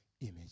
image